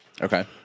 Okay